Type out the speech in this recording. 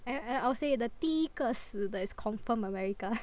I I I'll say the 第一个死的 is confirm America